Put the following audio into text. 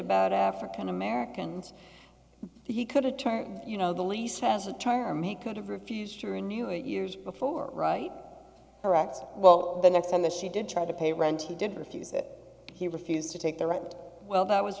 about african americans he could return you know the lease has a charm he could have refused to renew it years before right correct well the next on the she did try to pay rent he did refuse it he refused to take the rent well that was